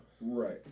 Right